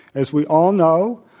as we all know,